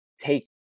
take